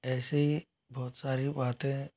ऐसे ही बहुत सारी बातें